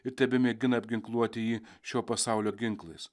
ir tebemėgina apginkluoti jį šio pasaulio ginklais